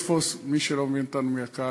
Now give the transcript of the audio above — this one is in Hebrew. למי שלא מבין אותנו מהקהל,